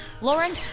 Lauren